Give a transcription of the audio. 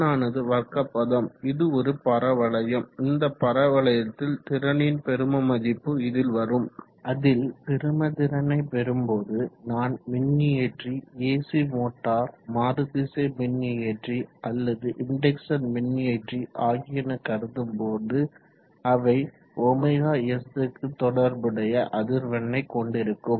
திறன் ஆனது வர்க்க பதம் இது ஒரு பரவளையம் இந்த பரவளையத்தில் திறனின் பெரும மதிப்பு இதில் வரும் அதில் பெரும திறனை பெரும்போது நான் மின்னியற்றி ஏசி மோட்டார் மாறுதிசை மின்னியற்றி அல்லது இன்டெக்சன் மின்னியற்றி ஆகியன கருதும் போது அவை ɷs க்கு தொடர்புடைய அதிர்வேண்ணை கொண்டிருக்கும்